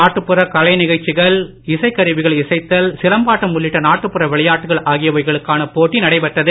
நாட்டுப்புற கலை நிகழ்ச்சிகள் இசைக்கருவிகள் இசைத்தல் சிலம்பாட்டம் உள்ளிட்ட நாட்டுப்புற விளையாட்டுகள் ஆகியவைகளுக்கான போட்டி நடைபெற்றது